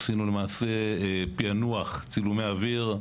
עשינו, למעשה, פענוח צילומי אוויר.